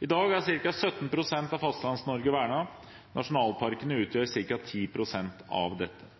I dag er ca. 17 pst. av Fastlands-Norge vernet. Nasjonalparkene utgjør ca. 10 pst. av dette.